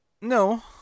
no